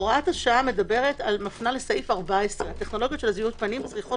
הוראת השעה מפנה לסעיף 14. הטכנולוגיות של זיהוי הפנים צריכות